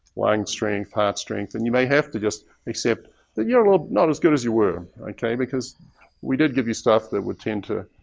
lung strength, heart strength. and you may have to just accept that you're a little not as good as you were. because we did give you stuff that would tend to,